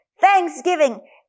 Thanksgiving